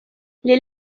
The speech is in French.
les